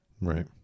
right